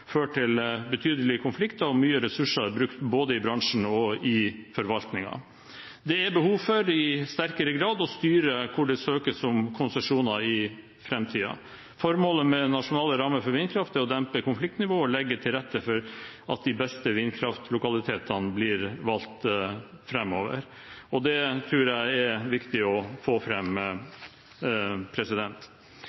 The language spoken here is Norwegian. ført til betydelig konflikt, og det er brukt store ressurser både i bransjen og i forvaltningen. Det er behov for i sterkere grad å styre hvor det søkes om konsesjoner i framtiden. Formålet med nasjonale rammer for vindkraft er å dempe konfliktnivået og legge til rette for at de beste vindkraftlokalitetene blir valgt framover. Det tror jeg det er viktig å få